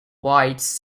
whites